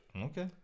Okay